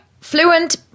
Fluent